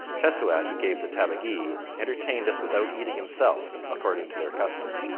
tessouat, who gave the tabagie, entertained us without eating himself, according to their custom.